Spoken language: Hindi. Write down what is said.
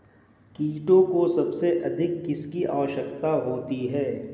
कीटों को सबसे अधिक किसकी आवश्यकता होती है?